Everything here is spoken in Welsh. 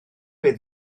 beth